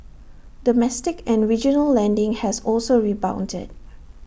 domestic and regional lending has also rebounded